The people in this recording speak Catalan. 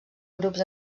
grups